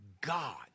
God